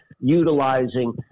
utilizing